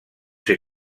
ser